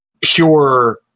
pure